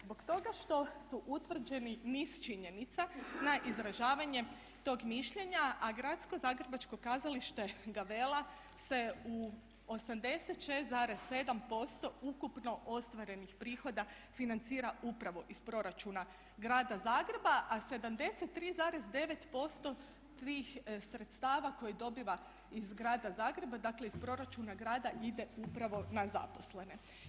Zbog toga što su utvrđeni niz činjenica na izražavanje tog mišljenja a Gradsko zagrebačko kazalište Gavela se u 86,7% ukupno ostvarenih prihoda financira upravo iz proračuna grada Zagreba a 73,9% posto tih sredstava koje dobiva iz grada Zagreba, dakle iz proračuna grada ide upravo na zaposlene.